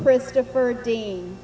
christopher dean